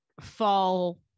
fall